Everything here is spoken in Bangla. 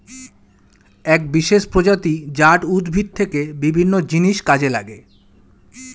এক বিশেষ প্রজাতি জাট উদ্ভিদ থেকে বিভিন্ন জিনিস কাজে লাগে